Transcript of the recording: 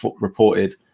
reported